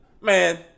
man